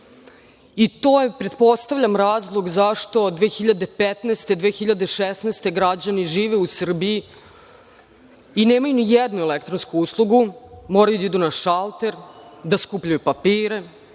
i to je pretpostavljam razlog zašto od 2015-2016. godine građani žive u Srbiji i nemaju nijednu elektronsku uslugu, moraju da idu na šalter, da skupljaju papire,